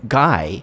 guy